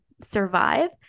survive